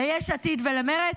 ליש עתיד ולמרצ?